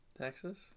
Texas